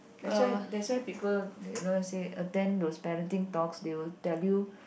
that's why that's why people never say attend to parenting talk they will tell you